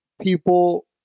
people